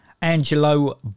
Angelo